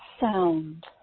sound